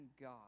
God